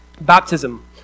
baptism